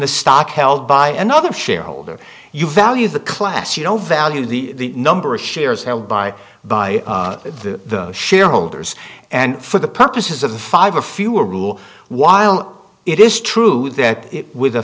the stock held by another shareholder you value the class you know value the number of shares held by by the shareholders and for the purposes of the five or fewer rule while it is true that wit